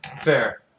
Fair